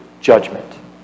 judgment